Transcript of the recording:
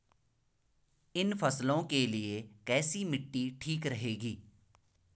इन फसलों के लिए कैसी मिट्टी ठीक रहेगी?